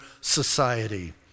society